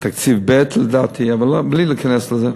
תקציב ב' לדעתי, אבל בלי להיכנס לזה.